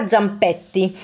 Zampetti